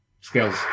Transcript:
Skills